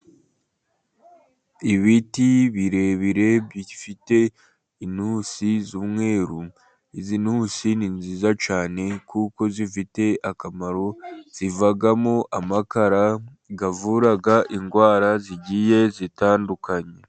Ibiti birebire bifite inusi z'umweru. Izi ntusi ni nziza cyane kuko zifite akamaro, zivamo amakara avura indwara zigiye zitandukanye.